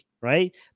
right